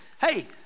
Hey